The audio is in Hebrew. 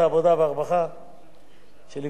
שליוותה אותי בכל התקופה של הקדנציה,